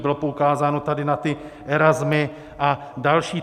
Bylo poukázáno tady na ty Erasmy a další.